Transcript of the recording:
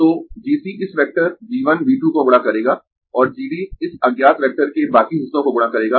तो G C इस vector V 1 V 2 को गुणा करेगा और G D इस अज्ञात वेक्टर के बाकी हिस्सों को गुणा करेगा